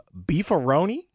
beefaroni